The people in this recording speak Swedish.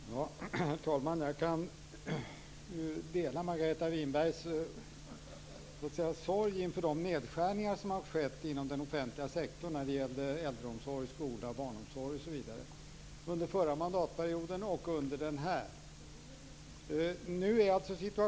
Herr talman! Jag kan dela Margareta Winbergs sorg inför de nedskärningar som har skett inom den offentliga sektorn när det gäller äldreomsorg, skola, barnomsorg osv. under den förra mandatperioden och under denna.